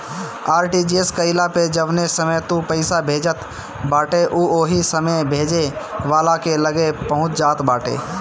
RTGS कईला पअ जवने समय तू पईसा भेजत बाटअ उ ओही समय भेजे वाला के लगे पहुंच जात बाटे